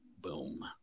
Boom